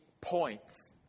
points